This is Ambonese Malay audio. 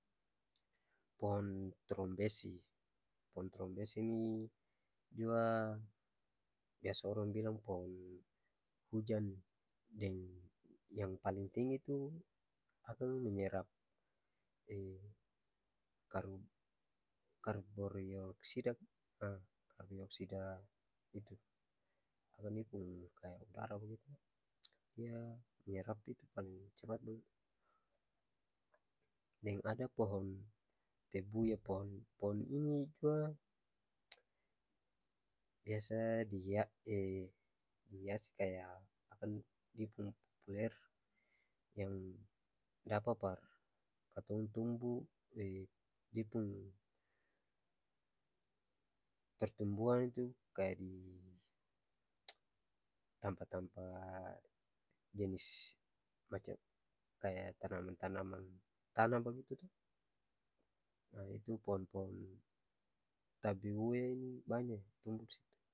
Pohong trumbesi, pohong trumbesi nih jua biasa orang bilang pohong hujan deng yang paleng tinggi tuh akang menyerap karborioksida ka karborioksida itu dia menyerap itu paleng capat bagitu, deng ada pohong tebu yang pohong ini jua, biasa dia biasa kaya dia yang dapa par katong tumbu dia pung pertumbuhan itu kaya di tampa-tampa jenis kaya macam tanaman-tanaman tanah bagitu nah itu pohong-pohong banya tumbu.